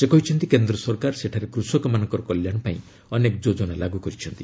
ସେ କହିଛନ୍ତି କେନ୍ଦ୍ର ସରକାର ସେଠାରେ କୃଷକମାନଙ୍କ କଲ୍ୟାଣ ପାଇଁ ଅନେକ ଯୋଜନା ଲାଗୁ କରିଛନ୍ତି